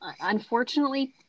unfortunately